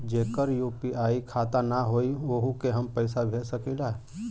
जेकर यू.पी.आई खाता ना होई वोहू के हम पैसा भेज सकीला?